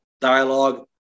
Dialogue